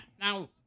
now